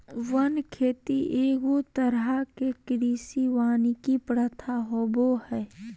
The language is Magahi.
वन खेती एगो तरह के कृषि वानिकी प्रथा होबो हइ